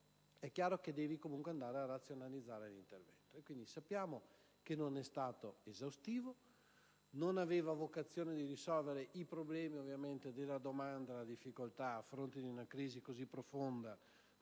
è chiaro che si deve comunque andare a razionalizzare l'intervento, che sappiamo non è stato esaustivo; ma non aveva la vocazione di risolvere i problemi della domanda e le difficoltà a fronte di una crisi così profonda,